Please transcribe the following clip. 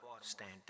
Stand